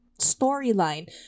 storyline